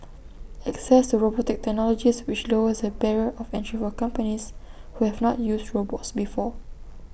access to robotics technologies which lowers the barrier of entry for companies who have not used robots before